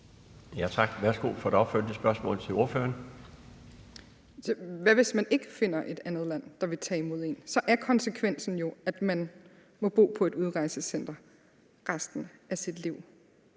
Kl. 13:07 Helene Brydensholt (ALT): Hvad, hvis man ikke finder et andet land, der vil tage imod en? Så er konsekvensen jo, at man må bo på et udrejsecenter resten af sit liv.